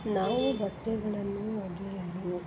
ನಾವು ಬಟ್ಟೆಗಳನ್ನು ಒಗೆಯಲು